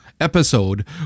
Episode